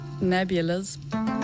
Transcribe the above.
Nebulas